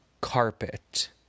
carpet